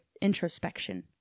introspection